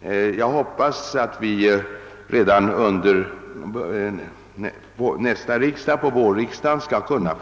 Men jag hoppas att vi redan under vårriksdagen skall kunna